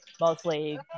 mostly